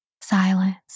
silence